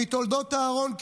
מתולדות אהרן,